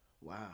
Wow